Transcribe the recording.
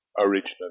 original